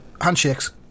handshakes